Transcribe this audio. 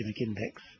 index